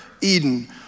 eden